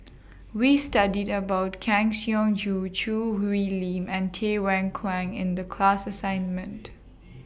We studied about Kang Siong Joo Choo Hwee Lim and Tay Why Kwang in The class assignment